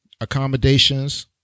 accommodations